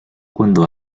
cuando